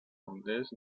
senders